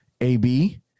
AB